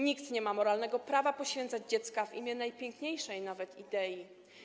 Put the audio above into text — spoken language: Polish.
Nikt nie ma moralnego prawa poświęcać dziecka w imię najpiękniejszej nawet idei.